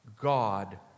God